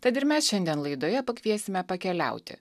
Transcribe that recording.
tad ir mes šiandien laidoje pakviesime pakeliauti